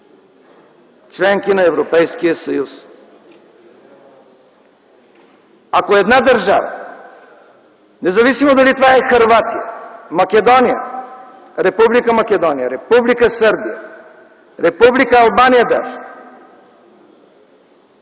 членки на Европейския съюз. Ако една държава, независимо дали това е Хърватия, Република Македония, Република Сърбия, Република Албания даже,